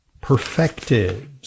perfected